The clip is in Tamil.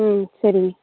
ம் சரிங்க